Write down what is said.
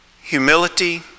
humility